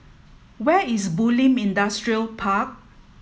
where is Bulim Industrial Park